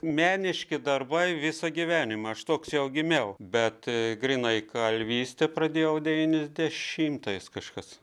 meniški darbai visą gyvenimą aš toks jau gimiau bet grynai kalvystę pradėjau devyniasdešimtais kažkas